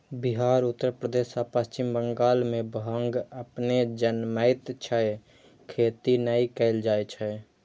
बिहार, उत्तर प्रदेश आ पश्चिम बंगाल मे भांग अपने जनमैत छै, खेती नै कैल जाए छै